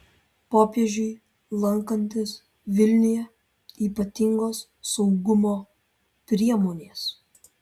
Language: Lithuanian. popiežiui lankantis vilniuje ypatingos saugumo priemonės